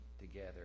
together